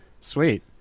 Sweet